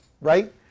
right